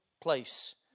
place